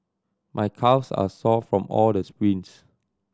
my calves are sore from all the sprints